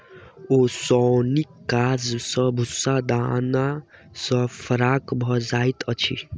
ओसौनीक काज सॅ भूस्सा दाना सॅ फराक भ जाइत अछि